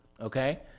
Okay